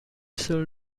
sailed